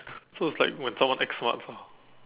so it's like when someone acts smart ah